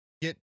get